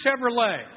Chevrolet